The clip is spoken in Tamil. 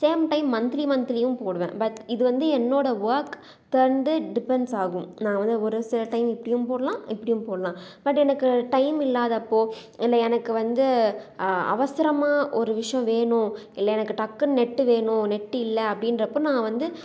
சேம் டைம் மன்த்லி மன்த்லியும் போடுவேன் பட் இதுவந்து என்னோட ஒர்க் கு வந்து டிப்பென்ஸ் ஆகும் நான் வந்து ஒரு சில டைம் இப்படியும் போடலாம் இப்படியும் போடலாம் பட் எனக்கு டைம் இல்லாதப்போது இல்லை எனக்கு வந்து அவசரமாக ஒரு விஷயம் வேணும் இல்லை எனக்கு டக்னு நெட்டு வேணும் நெட்டு இல்லை அப்படின்றப்ப நான் வந்து